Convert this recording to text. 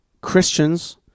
Christians